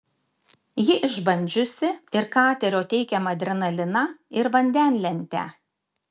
ji išbandžiusi ir katerio teikiamą adrenaliną ir vandenlentę